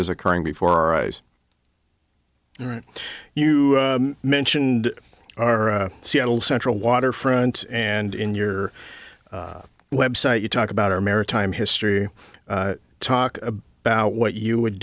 is occurring before our eyes right you mentioned are seattle central waterfront and in your website you talk about our maritime history talk about what you would